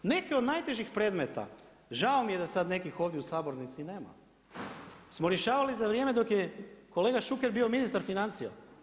Neke od najtežih predmeta, žao mi je da sad nekih ovdje u sabornici nema, smo rješavali za vrijeme, dok je kolega Šuker bio ministar financija.